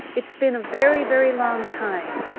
it's been a very, very long time.